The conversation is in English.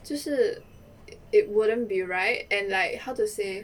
就是 it wouldn't be right and like how to say